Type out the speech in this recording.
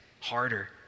harder